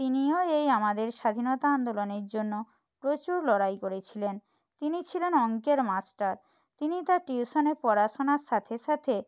তিনিও এই আমাদের স্বাধীনতা আন্দোলনের জন্য প্রচুর লড়াই করেছিলেন তিনি ছিলেন অঙ্কের মাস্টার তিনি তাঁর টিউশানে পড়াশোনার সাথে সাথে